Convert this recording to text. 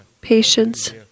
patience